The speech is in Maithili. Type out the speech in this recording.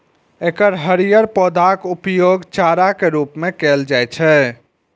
एकर हरियर पौधाक उपयोग चारा के रूप मे कैल जाइ छै